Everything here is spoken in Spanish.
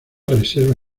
reserva